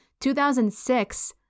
2006